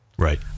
Right